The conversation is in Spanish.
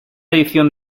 edición